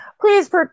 please